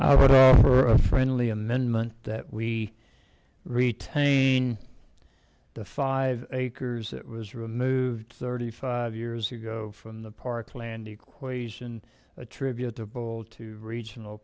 motion for a friendly amendment that we retain the five acres it was removed thirty five years ago from the park land equation attributable to regional